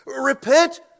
Repent